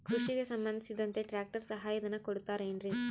ಕೃಷಿಗೆ ಸಂಬಂಧಿಸಿದಂತೆ ಟ್ರ್ಯಾಕ್ಟರ್ ಸಹಾಯಧನ ಕೊಡುತ್ತಾರೆ ಏನ್ರಿ?